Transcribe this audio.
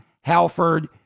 Halford